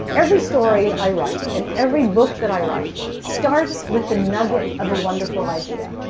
every story i write and every book that i write starts with the nugget of a wonderful idea.